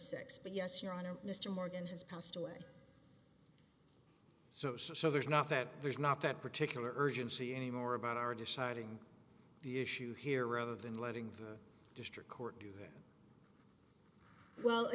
six but yes your honor mr morgan has passed away so so there's not that there's not that particular urgency anymore about our deciding the issue here rather than letting the district court do that well i